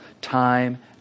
time